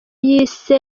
yise